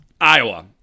Iowa